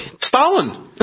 Stalin